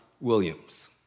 Williams